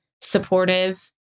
supportive